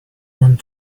want